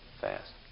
fast